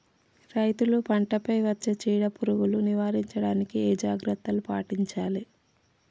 రైతులు పంట పై వచ్చే చీడ పురుగులు నివారించడానికి ఏ జాగ్రత్తలు పాటించాలి?